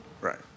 Right